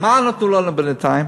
מה נתנו לנו בינתיים?